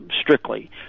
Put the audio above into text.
Strictly